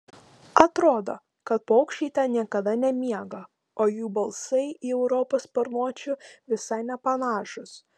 atrodo kad paukščiai ten niekada nemiega o jų balsai į europos sparnuočių visai nepanašūs